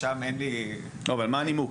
מה הנימוק?